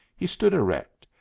he stood erect,